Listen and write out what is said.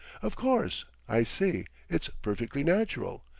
of course i see it's perfectly natural.